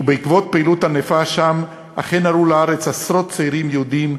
ובעקבות פעילות ענפה שם אכן עלו לארץ עשרות צעירים יהודים,